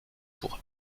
pour